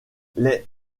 les